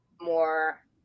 more